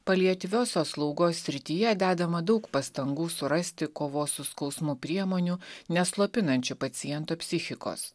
paliatyviosios slaugos srityje dedama daug pastangų surasti kovos su skausmu priemonių neslopinančių paciento psichikos